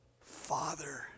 Father